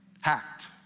Hacked